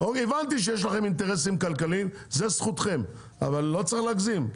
הבנתי שיש לכם אינטרסים כלכליים וזו זכותכם אבל לא צריך להגזים.